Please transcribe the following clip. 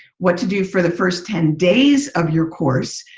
what to do for the first ten days of your course,